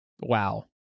Wow